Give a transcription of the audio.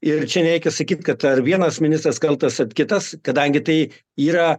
ir čia nereikia sakyt kad ar vienas ministras kaltas ar kitas kadangi tai yra